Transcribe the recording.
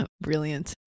Brilliant